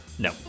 No